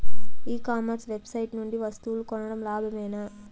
ఈ commerce website నుండి వస్తువులు కొనడం లాభమేనా?